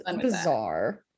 bizarre